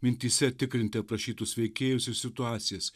mintyse tikrinti aprašytus veikėjus ir situacijas